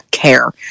care